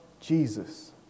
Jesus